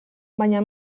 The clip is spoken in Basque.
baina